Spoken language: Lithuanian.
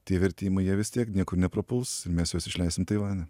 tie vertimai jie vis tiek niekur neprapuls ir mes juos išleisim taivane